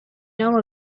know